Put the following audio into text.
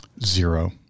Zero